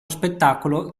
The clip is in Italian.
spettacolo